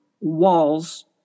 walls